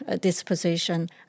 disposition